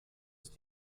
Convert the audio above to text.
ist